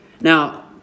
now